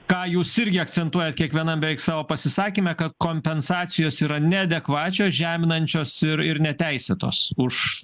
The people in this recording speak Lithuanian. ką jūs irgi akcentuojat kiekvienam beveik savo pasisakyme kad kompensacijos yra neadekvačios žeminančios ir ir neteisėtos už